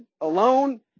alone